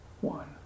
one